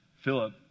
Philip